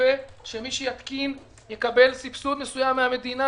מתווה שמי שיתקין יקבל סבסוד מסוים מהמדינה,